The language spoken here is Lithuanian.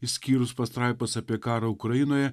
išskyrus pastraipas apie karą ukrainoje